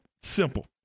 Simple